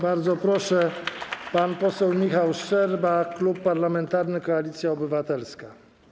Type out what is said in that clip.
Bardzo proszę, pan poseł Michał Szczerba, Klub Parlamentarny Koalicja Obywatelska.